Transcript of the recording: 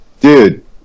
dude